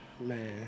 Man